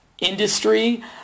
industry